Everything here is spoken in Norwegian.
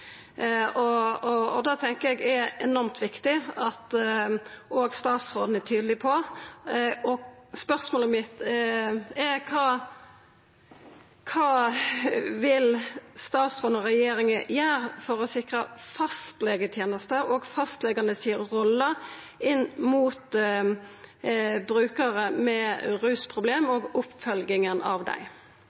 Det tenkjer eg er enormt viktig at òg statsråden er tydeleg på. Spørsmålet mitt er: Kva vil statsråden og regjeringa gjera for å sikra fastlegetenester og fastleganes rolle inn mot brukarar med rusproblem og oppfølginga av dei?